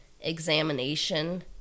examination